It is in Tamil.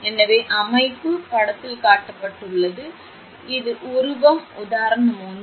எனவே அமைப்பு படத்தில் காட்டப்பட்டுள்ளது இது உருவம் உதாரணம் 1